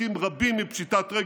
הצלנו עסקים רבים מפשיטת רגל.